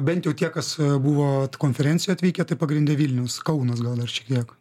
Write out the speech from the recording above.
bent jau tie kas buvo vat konferencijoj atvykę tai pagrinde vilnius kaunas gal dar šiek tiek